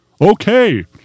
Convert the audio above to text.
Okay